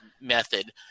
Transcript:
method